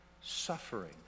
Suffering